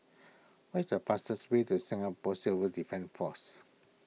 where is the fastest way to Singapore Civil Defence force